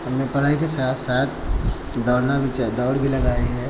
हमने पढ़ाई के साथ साथ दौड़ना भी दौड़ भी लगाई है